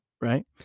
right